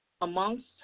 Amongst